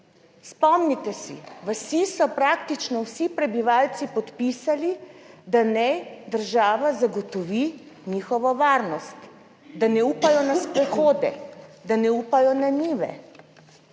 spomnite se, vasi so praktično vsi prebivalci podpisali, da naj država zagotovi njihovo varnost, da ne upajo na sprehode, da ne upajo na njive.